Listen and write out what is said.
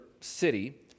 city